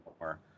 more